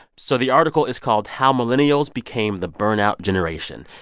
so the article is called how millennials became the burnout generation.